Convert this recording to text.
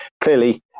clearly